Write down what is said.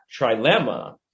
trilemma